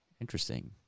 Interesting